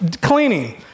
cleaning